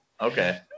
okay